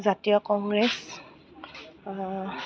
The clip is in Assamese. জাতীয় কংগ্ৰেছ